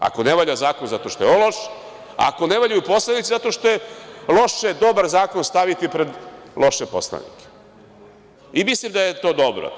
Ako ne valja zakon zato što je loš, ako ne valjaju poslanici zato što je loše dobar zakon staviti pred loše poslanike i mislim da je to dobro.